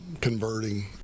converting